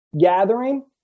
gathering